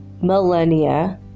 millennia